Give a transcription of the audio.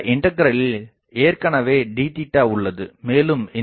இண்டகிரலில் ஏற்கனவே d உள்ளது மேலும் இந்த